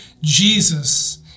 Jesus